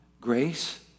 Grace